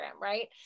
right